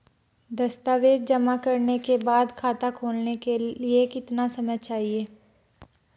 दस्तावेज़ जमा करने के बाद खाता खोलने के लिए कितना समय चाहिए?